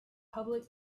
public